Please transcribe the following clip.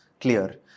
clear